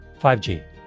5G